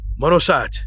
Monosat